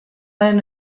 den